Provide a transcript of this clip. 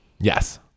Yes